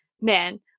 man